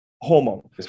hormone